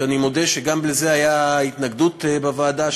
ואני מודה שגם לזה הייתה התנגדות בוועדה,